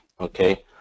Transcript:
okay